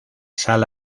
sal